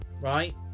right